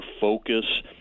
focus